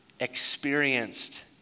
experienced